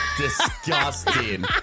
Disgusting